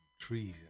trees